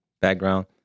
background